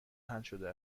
حلشده